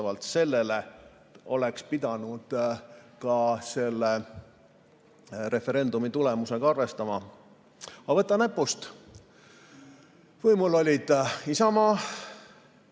Võimul olid Isamaa